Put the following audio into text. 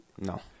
No